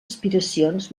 aspiracions